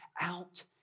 out